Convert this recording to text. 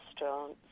restaurants